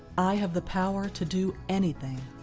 i have the power to do anything.